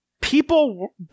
people